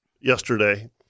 yesterday